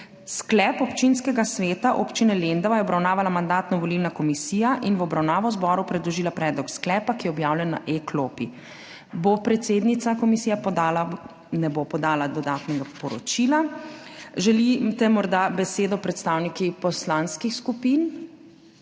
Sklep Občinskega sveta Občine Lendava je obravnavala Mandatno-volilna komisija in v obravnavo zboru predložila predlog sklepa, ki je objavljen na e-klopi. Bo predsednica komisije podala…? Ne bo podala dodatnega poročila. Želite morda besedo predstavniki poslanskih skupin?